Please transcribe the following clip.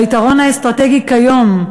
היתרון האסטרטגי כיום,